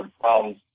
problems